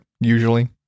usually